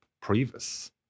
previous